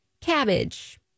cabbage